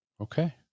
okay